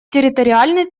территориальной